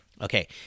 Okay